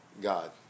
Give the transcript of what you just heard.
God